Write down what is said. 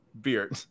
beard